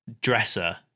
dresser